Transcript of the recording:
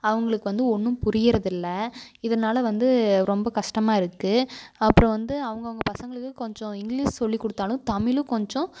அவங்களுக்கு வந்து ஒன்றும் புரிகிறதில்ல இதனால வந்து ரொம்ப கஷ்டமா இருக்குது அப்புறம் வந்து அவுங்கவங்க பசங்களுக்கு கொஞ்சம் இங்கிலீஸ் சொல்லி கொடுத்தாலும் தமிழும் கொஞ்சம்